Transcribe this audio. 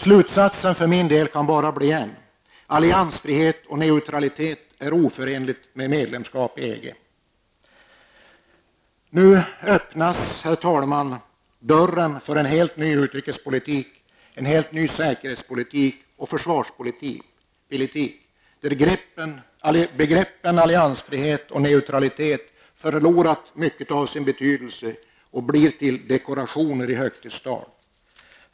För min del kan slutsatsen bara bli denna: alliansfrihet och neutralitet är oförenligt med medlemskap i EG. Herr talman! Nu öppnas dörren för en helt ny utrikespolitik, säkerhetspolitik och försvarspolitik, där begreppen alliansfrihet och neutralitet förlorar mycket av sin betydelse och blir till dekorationer i högtidstal.